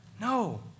No